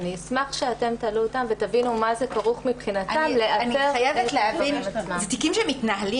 אשמח שתעלו אותם ותבינו במה זה כרוך מבחינתם --- אלה תיקים שמתנהלים